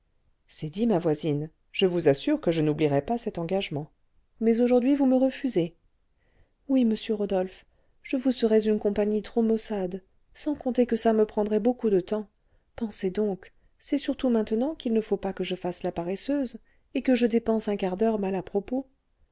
c'est dit ma voisine je vous assure que je n'oublierai pas cet engagement mais aujourd'hui vous me refusez oui monsieur rodolphe je vous serais une compagnie trop maussade sans compter que ça me prendrait beaucoup de temps pensez donc c'est surtout maintenant qu'il ne faut pas que je fasse la paresseuse et que je dépense un quart d'heure mal à propos